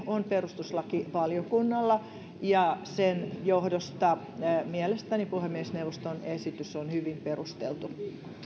on perustuslakivaliokunnalla ja sen johdosta mielestäni puhemiesneuvoston esitys on hyvin perusteltu